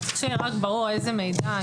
צריך שיהיה ברור איזה מידע.